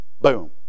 Boom